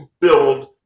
build